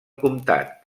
comtat